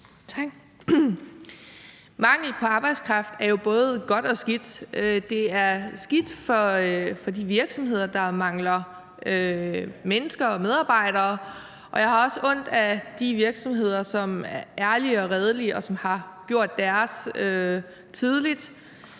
Mangel på arbejdskraft er jo både godt og skidt. Det er skidt for de virksomheder, der mangler mennesker og medarbejdere, og jeg har også ondt af de virksomheder, som er ærlige og redelige, og som har gjort deres tidligt,